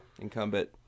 Incumbent